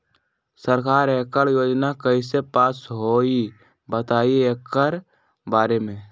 सरकार एकड़ योजना कईसे पास होई बताई एकर बारे मे?